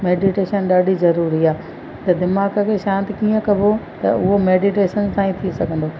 meditation ॾाढी ज़रूरी आहे दिमाग़ खे शांति कीअं कबो त उहा मेडीटेशन सां ई थी सघंदो